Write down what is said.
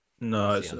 No